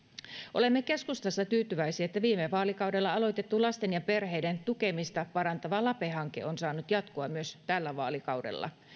olemme keskustassa tyytyväisiä että viime vaalikaudella aloitettu lasten ja perheiden tukemista parantava lape hanke on saanut jatkua myös tällä vaalikaudella